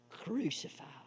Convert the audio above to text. crucified